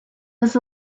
was